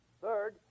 third